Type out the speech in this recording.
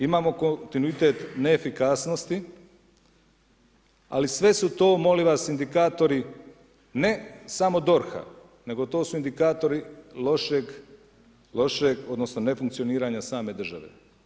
Imamo kontinuitet neefikasnosti, ali sve su to molim vas indikatori ne samo DORH-a, nego to su indikatori lošeg, odnosno nefunkcioniranja same države.